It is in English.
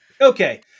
Okay